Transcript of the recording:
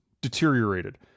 deteriorated